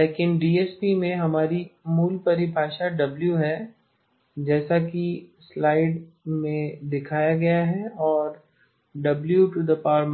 लेकिन डीएसपी में हमारी मूल परिभाषा W है जैसा कि स्लाइड में दिया गया है और W 1